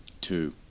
Two